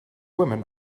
women